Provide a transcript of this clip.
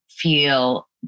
feel